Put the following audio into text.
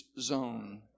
zone